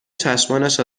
چشمانش